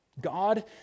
God